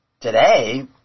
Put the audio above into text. Today